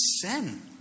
sin